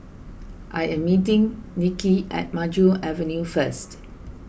I am meeting Nikki at Maju Avenue first